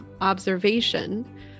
observation